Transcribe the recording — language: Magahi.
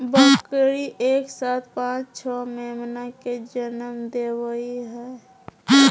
बकरी एक साथ पांच छो मेमना के जनम देवई हई